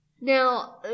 Now